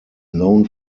known